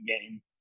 game